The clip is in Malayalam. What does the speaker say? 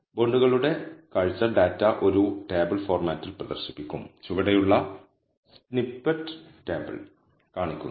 ബോണ്ടുകളുടെ കാഴ്ച ഡാറ്റ ഒരു ടേബിൾ ഫോർമാറ്റിൽ പ്രദർശിപ്പിക്കും ചുവടെയുള്ള സ്നിപ്പറ്റ് ടേബിൾ കാണിക്കുന്നു